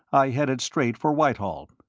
i headed straight for whitehall.